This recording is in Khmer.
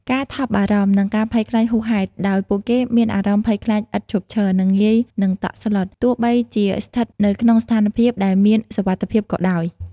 ការថប់បារម្ភ និងការភ័យខ្លាចហួសហេតុ ដោយពួកគេមានអារម្មណ៍ភ័យខ្លាចឥតឈប់ឈរ និងងាយនឹងតក់ស្លុត ទោះបីជាស្ថិតនៅក្នុងស្ថានភាពដែលមានសុវត្ថិភាពក៏ដោយ។